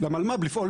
אם נזריק